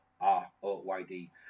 R-O-Y-D